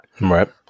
Right